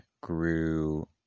grew